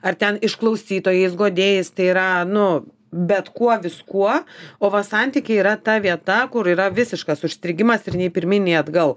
ar ten išklausytojais guodėjais tai yra nu bet kuo viskuo o va santykiai yra ta vieta kur yra visiškas užstrigimas ir nei pirmyn nei atgal